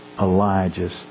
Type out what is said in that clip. Elijah's